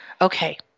okay